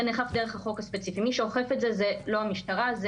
זה נאכף דרך החוק הספציפי לא על ידי המשטרה.